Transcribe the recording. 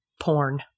Porn